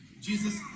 Jesus